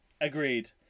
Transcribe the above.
Agreed